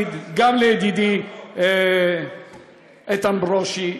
אני רוצה להגיד גם לידידי איתן ברושי: